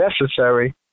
necessary